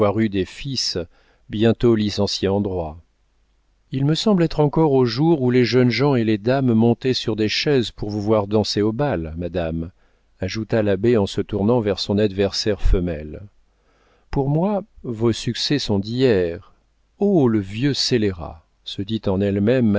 des fils bientôt licenciés en droit il me semble être encore au jour où les jeunes gens et les dames montaient sur des chaises pour vous voir danser au bal madame ajouta l'abbé en se tournant vers son adversaire femelle pour moi vos succès sont d'hier oh le vieux scélérat se dit en elle-même